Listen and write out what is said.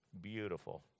beautiful